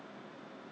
oh